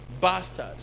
Bastard